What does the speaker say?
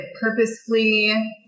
purposefully